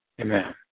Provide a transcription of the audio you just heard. Amen